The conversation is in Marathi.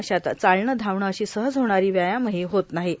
अशात चालणं धावणं असे सहज होणारे व्यायामहों होत नाहों